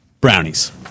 brownies